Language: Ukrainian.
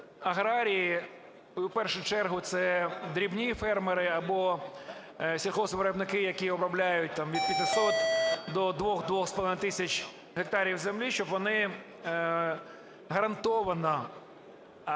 аграрії, в першу чергу це дрібні фермери або сільгоспвиробники, які обробляють там від 500 до 2-2,5 тисяч гектарів землі, щоб вони гарантовано,